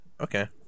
Okay